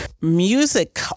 music